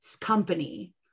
company